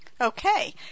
Okay